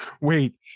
Wait